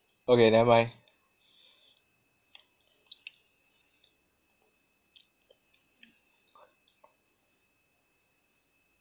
okay nevermind